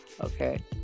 Okay